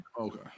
Okay